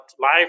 life